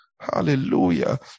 Hallelujah